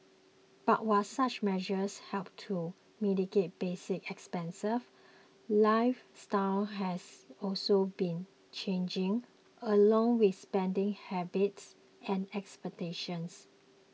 but while such measures help to mitigate basic expenses lifestyles has also been changing along with spending habits and expectations